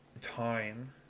time